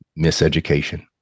miseducation